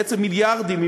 בעצם מיליארדים,